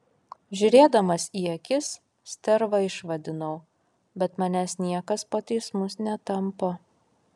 žiūrėdamas į akis sterva išvadinau bet manęs niekas po teismus netampo